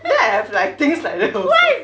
you know I have like things like that also